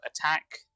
attack